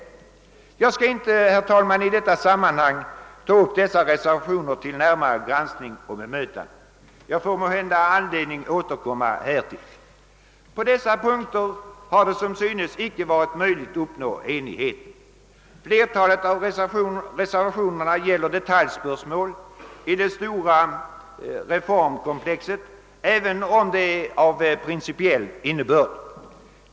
Herr talman! Jag skall inte i detta sammanhang ta upp dessa reservationer till närmare granskning och bemötande. Jag får måhända anledning återkomma härtill. På dessa punkter har det som synes icke varit möjligt att uppnå enighet. Flertalet reservationer gäller detaljspörsmål i det stora reformkomplexet, även om de är av principiell innebörd.